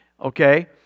okay